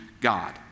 God